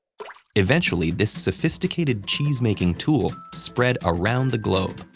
eventually this sophisticated cheesemaking tool spread around the globe,